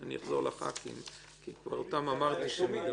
אני לא אומר שלא,